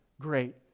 great